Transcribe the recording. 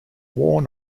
worn